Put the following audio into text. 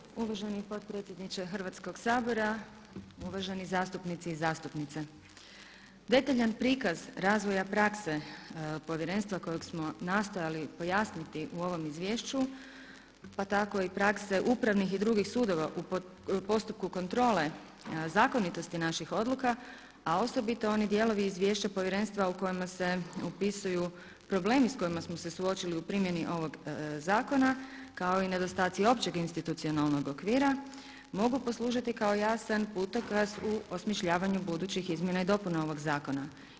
Zahvaljujem uvaženi potpredsjedniče Hrvatskog sabora, uvaženi zastupnici i zastupnici detaljan prikaz razvoja prakse povjerenstva kojeg smo nastojali pojasniti u ovom izvješću pa tako i prakse upravnih i drugih sudova u postupku kontrole zakonitosti naših odluka a osobito oni dijelovi izvješća povjerenstva u kojima se opisuju problemi s kojima smo se suočili u primijeni ovog zakona kao i nedostaci općeg institucionalnog okvira mogu poslužiti kao jasan putokaz u osmišljavanju budućih izmjena i dopuna ovog zakona.